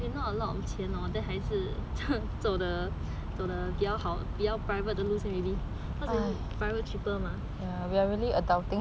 还是走的走的 the 比较好比较 private 的路线 maybe cause private cheaper lah !hais!